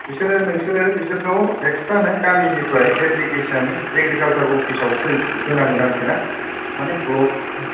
बिसोरो नोंसोरो बिसोरखौ एक्सट्रा नो गामिनिफ्राय एप्लिकेसन एग्रिकालसार अफिसाव होनांगोन आरोखि ना माने ब्लक